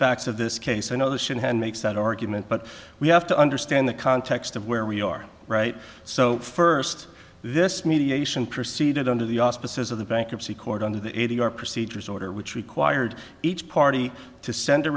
facts of this case i know that makes that argument but we have to understand the context of where we are right so first this mediation proceeded under the auspices of the bankruptcy court under the a d r procedures order which required each party to send a